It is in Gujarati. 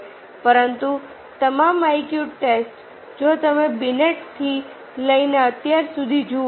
પરંતુ તમામ આઈક્યુ ટેસ્ટ જો તમે બિનેટથી લઈને અત્યાર સુધી જુઓ